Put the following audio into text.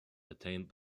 attained